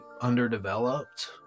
underdeveloped